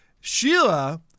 Sheila